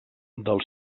del